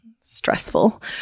stressful